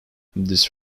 this